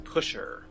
Pusher